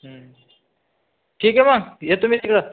ठीक आहे मग येतो मी तिकडं